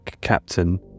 captain